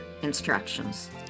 Instructions